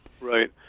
Right